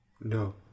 No